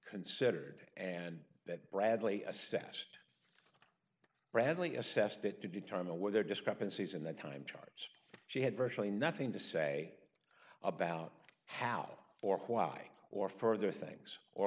considered and that bradley assessed bradley assessed it to determine where there are discrepancies in the time charts she had virtually nothing to say about how or why or further things or